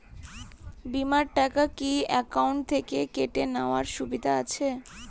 বিমার টাকা কি অ্যাকাউন্ট থেকে কেটে নেওয়ার সুবিধা আছে?